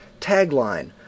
tagline